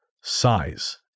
size